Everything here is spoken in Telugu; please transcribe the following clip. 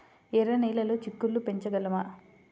ఎర్ర నెలలో చిక్కుళ్ళు పెంచగలమా?